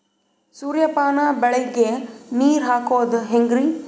ಸೂರ್ಯಪಾನ ಬೆಳಿಗ ನೀರ್ ಹಾಕೋದ ಹೆಂಗರಿ?